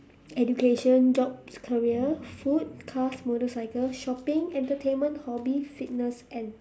education jobs career food cars motorcycle shopping entertainment hobby fitness and